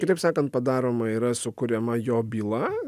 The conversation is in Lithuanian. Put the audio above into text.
kitaip sakant padaroma yra sukuriama jo byla